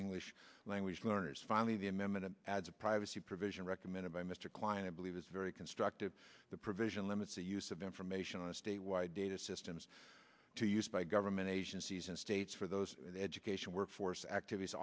english language learners finally the amendment adds a privacy provision recommended by mr klein i believe is very constructive the provision limits the use of information on a statewide data systems to use by government agencies and states for those education workforce activities